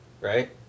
right